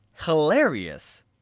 hilarious